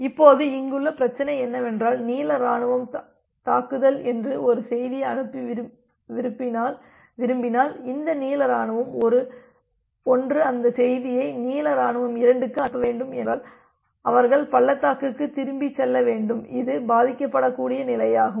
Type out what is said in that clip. இப்போது இங்குள்ள பிரச்சனை என்னவென்றால் நீல இராணுவம் தாக்குதல் என்று ஒரு செய்தியை அனுப்ப விரும்பினால் இந்த நீல இராணுவம் 1 அந்த செய்தியை நீல இராணுவம் 2 க்கு அனுப்ப வேண்டும் என்றால் அவர்கள் பள்ளத்தாக்குக்கு திரும்பி செல்ல வேண்டும் இது பாதிக்கப்படக்கூடிய நிலையாகும்